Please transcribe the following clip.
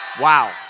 Wow